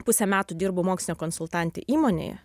pusę metų dirbau moksline konsultante įmonėje